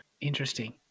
Interesting